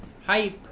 hype